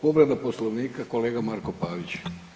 Povreda Poslovnika, kolega Marko Pavić.